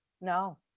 No